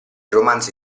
romanzi